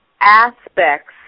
aspects